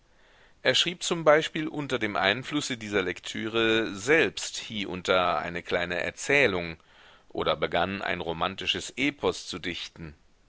er schrieb zum beispiel unter dem einflusse dieser lektüre selbst hie und da eine kleine erzählung oder begann ein romantisches epos zu dichten